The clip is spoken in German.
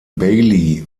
bailey